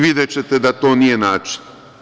Videćete da to nije način.